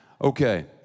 Okay